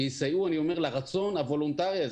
שיסייעו לרצון הוולונטרי הזה.